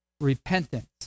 repentance